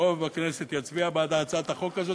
שרוב הכנסת תצביע בעד הצעת החוק הזאת,